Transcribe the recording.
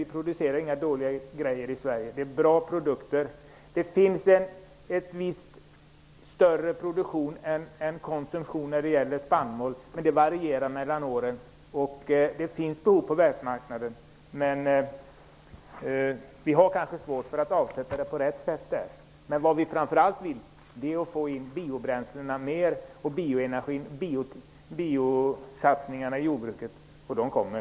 Vi producerar inget som är dåligt i Sverige. Det är bra produkter. Det finns en större produktion än konsumtion av spannmål, men det varierar mellan åren. Det finns behov på världsmarknaden, men vi har kanske svårt att avsätta det på rätt sätt där. Vi vill framför allt få in mer biobränslen och biosatsningar i jordbruket, och det är något som kommer.